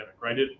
right